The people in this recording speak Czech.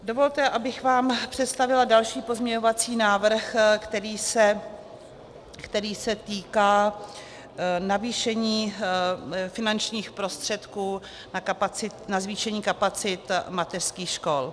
Dovolte, abych vám představila další pozměňovací návrh, který se týká navýšení finančních prostředků na zvýšení kapacit mateřských škol.